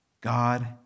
God